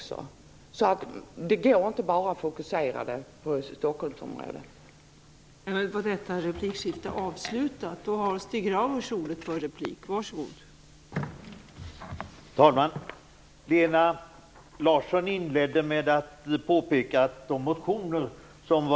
Så det går inte att bara se till Stockholmsområdet i diskussionen.